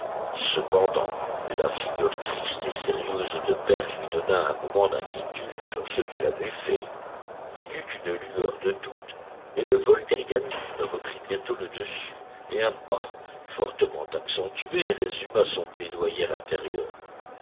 cependant la figure triste et sérieuse de berthe lui donna un moment d'inquiétude sur ce qu'il avait fait il eut une lueur de doute mais le voltairianisme reprit bientôt le dessus et un bah fortement accentué résuma son plaidoyer intérieur